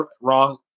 wrong